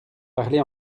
parlez